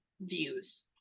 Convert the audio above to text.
views